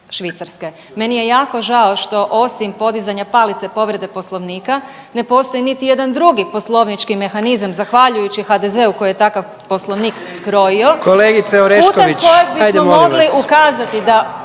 Švicarske. Meni je jako žao što osim podizanja palice povrede poslovnika ne postoji niti jedan drugi poslovnički mehanizam zahvaljujući HDZ-u koji je takav poslovnik skrojio **Jandroković, Gordan